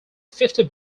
fifty